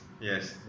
Yes